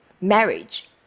marriage